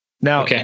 Now